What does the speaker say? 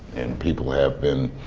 and people have been,